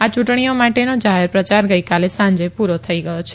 આ ચુંટણીઓ માટેનો જાહેર પ્રયાર ગઈકાલે સાંજે પુરો થઈ ગયો છે